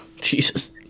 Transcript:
Jesus